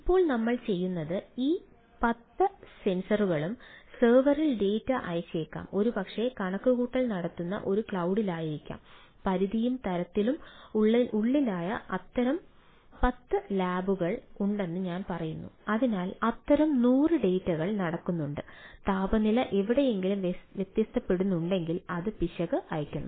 ഇപ്പോൾ നമ്മൾ ചെയ്യുന്നത് ഈ 10 സെൻസറു നടക്കുന്നുണ്ട് താപനില എവിടെയെങ്കിലും വ്യത്യാസപ്പെടുന്നുണ്ടെങ്കിൽ അത് പിശക് അയയ്ക്കുന്നു